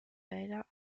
wälder